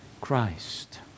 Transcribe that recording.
Christ